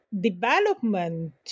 development